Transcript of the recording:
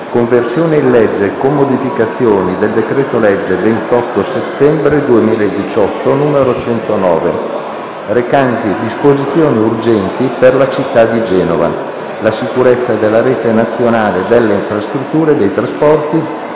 «Conversione in legge, con modificazioni, del decreto-legge 28 settembre 2018, n. 109, recante disposizioni urgenti per la città di Genova, la sicurezza della rete nazionale delle infrastrutture e dei trasporti,